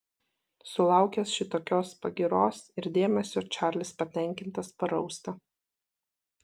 sulaukęs šitokios pagyros ir dėmesio čarlis patenkintas parausta